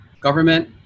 government